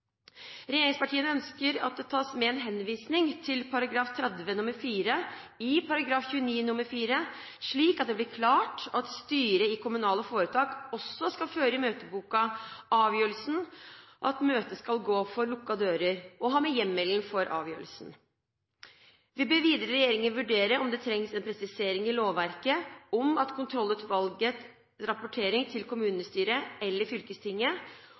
Regjeringspartiene ønsker at det tas med en henvisning til § 30 nr. 4 i § 29 nr. 4, slik at det blir klart at styret i kommunale foretak også skal føre i møteboken avgjørelsen om at møtet skal gå for lukkede dører, og hjemmelen for avgjørelsen. Vi ber videre regjeringen vurdere om det trengs en presisering i lovverket, at kontrollutvalgets rapportering til kommunestyret eller fylkestinget